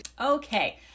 Okay